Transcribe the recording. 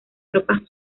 tropas